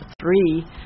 three